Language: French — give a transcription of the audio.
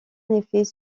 effet